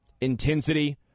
Intensity